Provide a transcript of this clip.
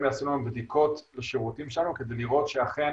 יעשו בדיקות לשירותים שלנו כדי לראות שאכן